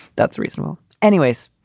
that's reasonable. anyways,